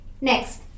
Next